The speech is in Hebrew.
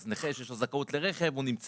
אז נכה שיש לו זכאות לרכב נמצא.